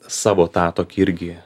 savo tą tokį irgi